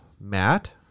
Matt